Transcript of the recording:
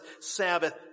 Sabbath